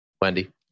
Wendy